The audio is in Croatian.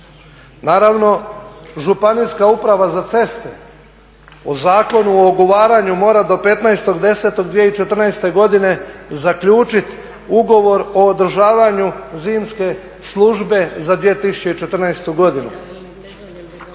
Naravno, županijska uprava za ceste po Zakonu o ugovaranju mora do 15.10.2014. godine zaključit ugovor o održavanju zimske službe za 2014. godinu.